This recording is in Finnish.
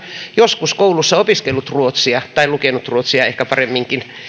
joskus koulussa opiskellut ruotsia tai lukenut ruotsia ehkä paremminkin